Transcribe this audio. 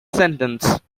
sentence